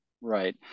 Right